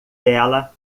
ela